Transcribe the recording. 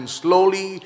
slowly